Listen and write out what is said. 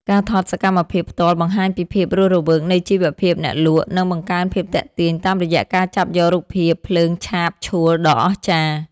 ការថតសកម្មភាពផ្ទាល់បង្ហាញពីភាពរស់រវើកនៃជីវភាពអ្នកលក់ និង បង្កើនភាពទាក់ទាញតាមរយៈការចាប់យករូបភាពភ្លើងឆាបឆួលដ៏អស្ចារ្យ។